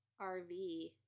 RV